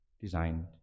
designed